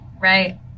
right